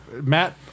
Matt